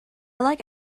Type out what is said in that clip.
like